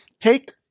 take